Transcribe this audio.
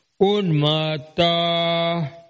Unmata